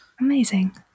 Amazing